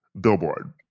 billboard